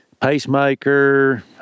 pacemaker